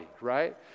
right